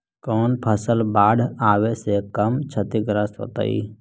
कौन फसल बाढ़ आवे से कम छतिग्रस्त होतइ?